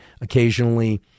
Occasionally